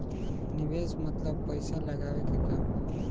निवेस मतलब पइसा लगावे के काम